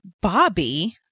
Bobby